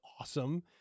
awesome